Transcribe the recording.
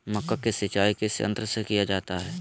मक्का की सिंचाई किस यंत्र से किया जाता है?